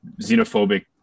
xenophobic